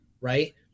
Right